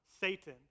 Satan